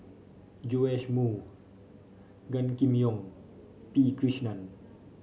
Joash Moo Gan Kim Yong P Krishnan